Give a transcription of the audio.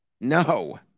No